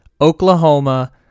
oklahoma